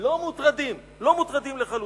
לא מוטרדים לחלוטין.